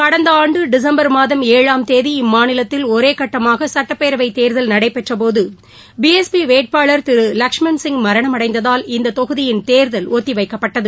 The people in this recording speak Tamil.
கடந்த ஆண்டு டிசம்பர் மாதம் ஏழாம் தேதி இம்மாநிலத்தில் ஒரே கட்டமாக சுட்டப்பேரவை தேர்தல் நடைபெற்றபோது பி எஸ் பி வேட்பாளர் திரு லக்ஷமண் சிங் மரணமடைந்ததால் இந்த தொகுதியின் ் தேர்தல் ஒத்திவைக்கப்பட்டது